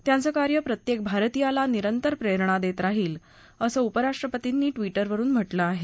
त्यांचं कार्य प्रत्येक भारतीयाला निरंतर प्रेरणा देत राहील असं उपराष्ट्रपतींनी ट्विटरवरून म्हटलं आहे